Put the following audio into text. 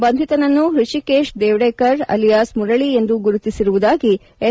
ಬಂಧಿತನನ್ನು Hrishikesh Devdekar alias Murali ಎಂದು ಗುರುತಿಸಿರುವುದಾಗಿ S